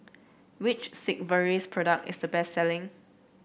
which Sigvaris product is the best selling